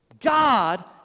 God